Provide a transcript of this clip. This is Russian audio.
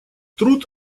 труд